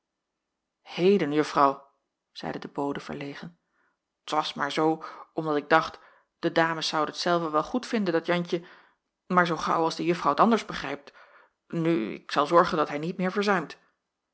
heden juffrouw zeide de bode verlegen t was maar zoo omdat ik dacht de dames zouden t zelve wel goedvinden dat jantje maar zoo gaauw als de juffrouw t anders begrijpt nu ik zal zorgen dat hij niet weêr